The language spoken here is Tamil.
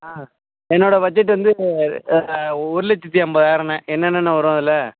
ஆ என்னோட பட்ஜெட் வந்து ஒரு லட்சத்தி ஐம்பதாயரோண்ணே என்னன்னன்ன வரும் அதில்